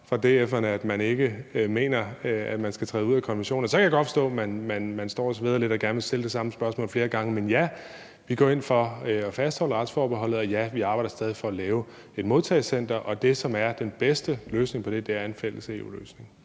af DF'erne for, at man ikke mener, man skal træde ud af konventionerne, så kan jeg godt forstå, man står og sveder lidt og gerne vil stille det samme spørgsmål flere gange. Men ja, vi går ind for at fastholde retsforbeholdet. Og ja, vi arbejder stadig for at lave et modtagecenter, og det, som er den bedste løsning på det, er en fælles EU-løsning.